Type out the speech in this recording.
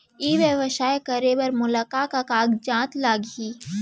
ई व्यवसाय करे बर मोला का का कागजात लागही?